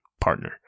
partner